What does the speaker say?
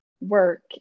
work